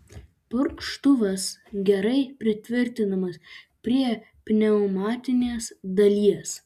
purkštuvas gerai pritvirtinamas prie pneumatinės dalies